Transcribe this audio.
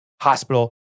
hospital